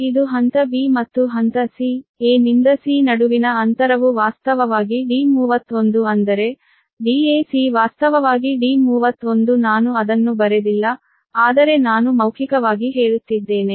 ಆದ್ದರಿಂದ ಇದು ಹಂತ b ಮತ್ತು ಹಂತ c a ನಿಂದ c ನಡುವಿನ ಅಂತರವು ವಾಸ್ತವವಾಗಿ D31 ಅಂದರೆ Dac ವಾಸ್ತವವಾಗಿ D31 ನಾನು ಅದನ್ನು ಬರೆದಿಲ್ಲ ಆದರೆ ನಾನು ಮೌಖಿಕವಾಗಿ ಹೇಳುತ್ತಿದ್ದೇನೆ